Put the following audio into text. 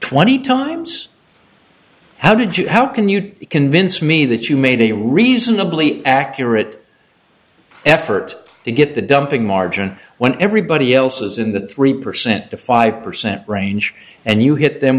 twenty times how did you how can you convince me that you made a reasonably accurate effort to get the dumping margin when everybody else is in the three percent to five percent range and you hit them